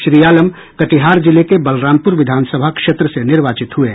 श्री आलम कटिहार जिले के बलरामपुर विधानसभा क्षेत्र से निर्वाचित हुए हैं